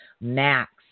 Max